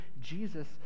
Jesus